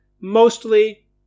mostly